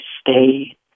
stay